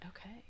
Okay